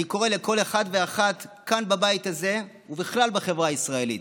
אני קורא לכל אחד ואחת כאן בבית הזה ובכלל בחברה הישראלית: